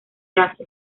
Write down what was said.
asia